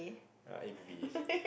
ah A B B